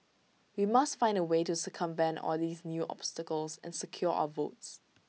we must find A way to circumvent all these new obstacles and secure our votes